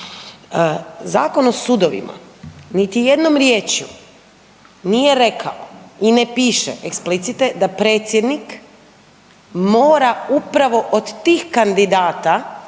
Zakon o sudovima niti jednom riječju nije rekao i ne piše explicite da predsjednik mora upravo od tih kandidata